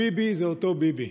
הביבי זה אותו ביבי.